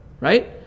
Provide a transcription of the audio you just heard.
right